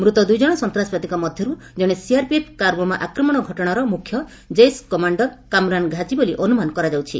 ମୃତ ଦୁଇଜଣ ସନ୍ତାସବାଦୀଙ୍କ ମଧ୍ୟରୁ ଜଣେ ସିଆରପିଏଫ କାରବୋମା ଆକ୍ରମଣ ଘଟଣାର ମୁଖ୍ୟ କ୍ରେସ କମାଣ୍ଡର କାମରାନ ଘାଜି ବୋଲି ଅନୁମାନ କରାଯାଇଛି